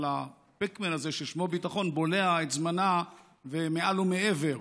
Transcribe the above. אבל ה-packman הזה ששמו ביטחון בולע את זמנה ומעל ומעבר,